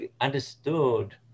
understood